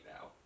now